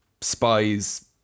spies